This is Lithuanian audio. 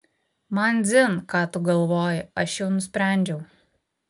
man dzin ką tu galvoji aš jau nusprendžiau